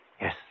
Yes